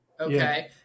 okay